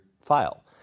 file